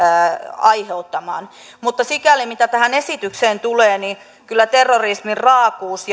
aiheuttamaan mutta sikäli mitä tähän esitykseen tulee kyllä terrorismin raakuuden